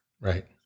Right